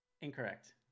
Incorrect